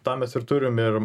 tą mes ir turim ir